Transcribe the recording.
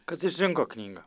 kas išrinko knygą